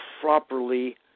properly